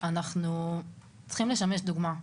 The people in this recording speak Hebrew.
אנחנו צריכים לשמש דוגמה,